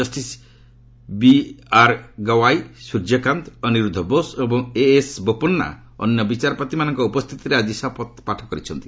justice B R Gavai Suryakant Aniruddha Bose ଏବଂ A S Bopanna ଅନ୍ୟ ବିଚାରପତିମାନଙ୍କ ଉପସ୍ଥିତିରେ ଆଜି ଶପଥପାଠ କରିଛନ୍ତି